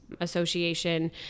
Association